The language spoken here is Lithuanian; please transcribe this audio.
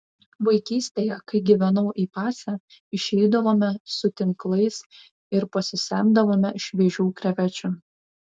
vaikystėje kai gyvenau ei pase išeidavome su tinklais ir pasisemdavome šviežių krevečių